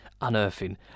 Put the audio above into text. unearthing